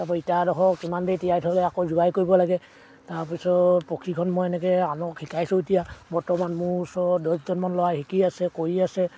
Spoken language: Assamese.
তাৰপৰা ইটা এডোখৰ কিমান দেৰি তিয়াই থ'লে আকৌ জোৰাই কৰিব লাগে তাৰপিছত প্ৰশিক্ষণ মই এনেকৈ আনক শিকাইছোঁ এতিয়া বৰ্তমান মোৰ ওচৰত দছজনমান ল'ৰাই শিকি আছে কৰি আছে